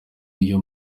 iyo